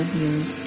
years